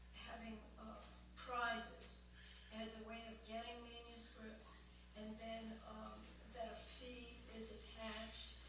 having crisis as a way of getting manuscripts and then that fee is attached.